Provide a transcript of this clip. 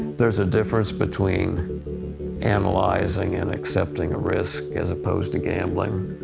there's a difference between analyzing and accepting a risk as opposed to gambling.